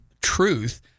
Truth